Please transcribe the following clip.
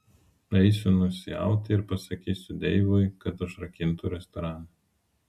eisiu nusiauti ir pasakysiu deivui kad užrakintų restoraną